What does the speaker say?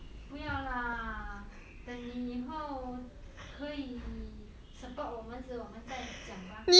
不要啦等你以后可以 support 我们时我们再讲吧